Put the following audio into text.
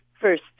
first